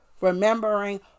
remembering